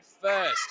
first